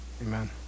Amen